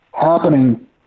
happening